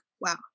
wow